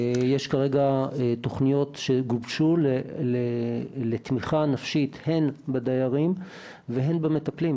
יש כרגע תוכניות שגובשו לתמיכה נפשית הן בדיירים והן במטפלים,